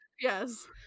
yes